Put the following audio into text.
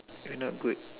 you're not good